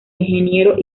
ingeniero